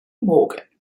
morgan